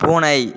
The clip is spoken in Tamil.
பூனை